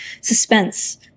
Suspense